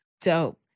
Dope